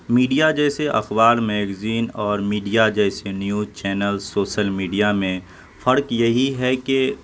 media جیسے اخبار magazine اور میڈیا جیسے نیوج چینل سوسل میڈیا میں فرق یہی ہے کہ